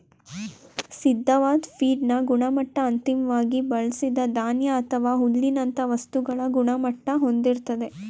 ಸಿದ್ಧವಾದ್ ಫೀಡ್ನ ಗುಣಮಟ್ಟ ಅಂತಿಮ್ವಾಗಿ ಬಳ್ಸಿದ ಧಾನ್ಯ ಅಥವಾ ಹುಲ್ಲಿನಂತ ವಸ್ತುಗಳ ಗುಣಮಟ್ಟ ಹೊಂದಿರ್ತದೆ